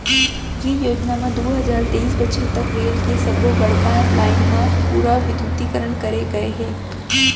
ये योजना म दू हजार तेइस बछर तक रेल के सब्बो बड़का लाईन म पूरा बिद्युतीकरन करे गय हे